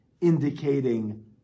Indicating